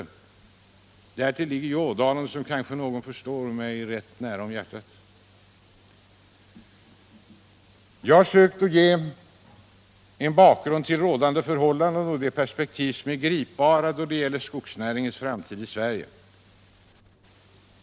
Därtill ligger Ådalen - som kanske någon förstår — mig rätt varmt om hjärtat. Jag har sökt att ge en bakgrund till rådande förhållanden och de perspektiv som är gripbara då det gäller skogsnäringens framtid i Sverige.